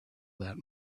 that